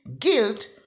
guilt